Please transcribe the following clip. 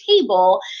table